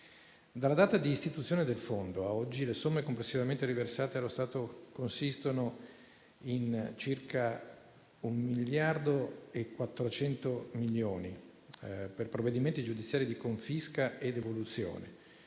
Dalla data di istituzione del fondo a oggi, le somme complessivamente riversate allo Stato consistono in circa 1,4 miliardi per provvedimenti giudiziari di confisca e devoluzione.